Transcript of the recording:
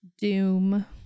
Doom